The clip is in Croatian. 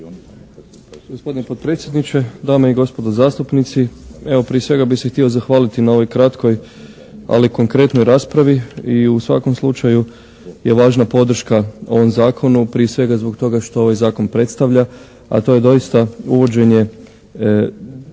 Gospodine potpredsjedniče, dame i gospodo zastupnici. Evo, prije svega bih se htio zahvaliti na ovoj kratkoj ali konkretnoj raspravi i u svakom slučaju je važna podrška ovom zakonu prije svega zbog toga što ovaj zakon predstavlja a to je doista uvođenje